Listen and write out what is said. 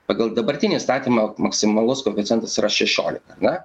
pagal dabartinį įstatymą maksimalus koeficientas yra šešiolika ar ne